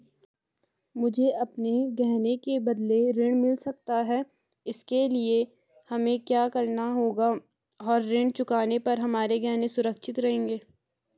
मुझे अपने गहने के बदलें ऋण मिल सकता है इसके लिए हमें क्या करना होगा और ऋण चुकाने पर हमारे गहने सुरक्षित रहेंगे?